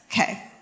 Okay